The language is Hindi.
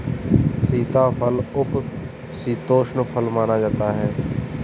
सीताफल उपशीतोष्ण फल माना जाता है